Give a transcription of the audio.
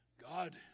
God